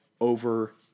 over